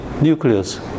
nucleus